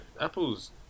Apple's